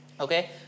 okay